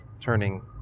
turning